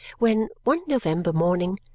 when, one november morning,